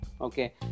okay